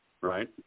right